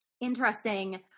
Interesting